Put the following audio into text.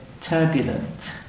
turbulent